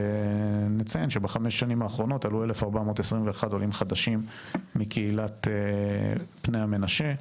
נציין שבחמש שנים האחרונות עלו 1421 עולים חדשים מקהילת בני המנשה.